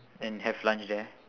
then have lunch there